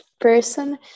person